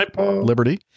Liberty